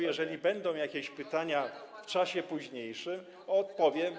Jeżeli będą jakieś pytania w czasie późniejszym, odpowiem.